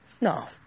No